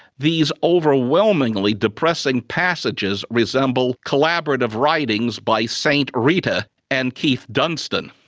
these overwhelmingly depressing passages resemble collaborative writings by saint rita and keith dunstan.